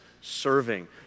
serving